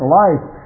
life